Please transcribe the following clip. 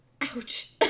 ouch